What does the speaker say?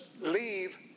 leave